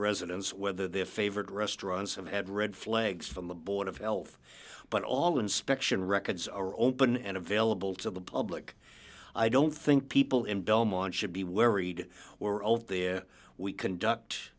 residents whether their favorite restaurants have had red flags from the board of health but all inspection records are open and available to the public i don't think people in belmont should be worried were there we conduct